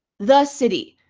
the city.